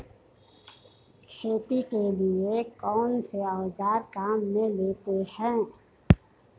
खेती के लिए कौनसे औज़ार काम में लेते हैं?